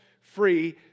free